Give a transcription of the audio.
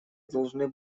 должны